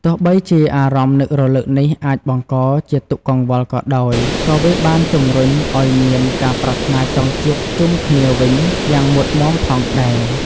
ទោះបីជាអារម្មណ៍នឹករលឹកនេះ អាចបង្កជាទុក្ខកង្វល់ក៏ដោយ ក៏វាបានជំរុញឲ្យមាន ការប្រាថ្នាចង់ជួបជុំគ្នាវិញ យ៉ាងមុតមាំផងដែរ។